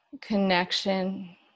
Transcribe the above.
Connection